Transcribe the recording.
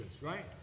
right